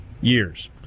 years